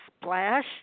Splash